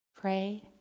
Pray